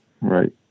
Right